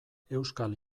euskal